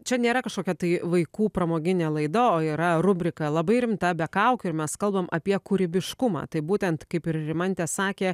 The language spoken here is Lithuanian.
čia nėra kažkokia tai vaikų pramoginė laida o yra rubrika labai rimta be kaukių ir mes kalbam apie kūrybiškumą taip būtent kaip ir rimantė sakė